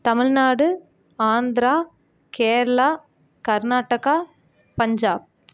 Tamil Nadu Andhra Kerala Karnataka Punjab